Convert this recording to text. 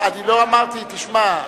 תשמע,